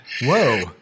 whoa